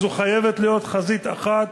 אבל זו חייבת להיות חזית אחת,